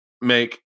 make